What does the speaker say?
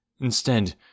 Instead